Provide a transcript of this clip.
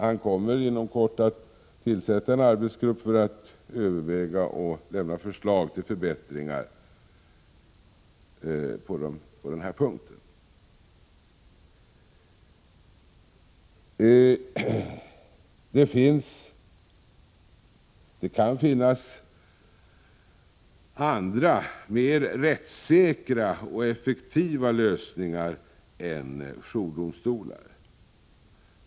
Han kommer inom kort att tillsätta en arbetsgrupp för att överväga och lämna förslag till förbättringar i dessa hänseenden. Det kan finnas andra mer rättssäkra och effektivare lösningar än jourdomstolar.